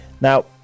Now